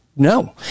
No